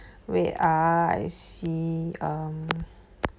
wait ah I see um